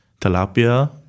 tilapia